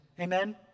Amen